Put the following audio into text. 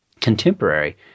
contemporary